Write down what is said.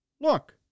Look